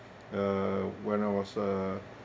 uh when I was uh